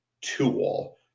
tool